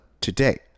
today